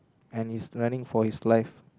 and he's running for his life